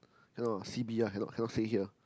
cannot ah C_B ah cannot cannot say here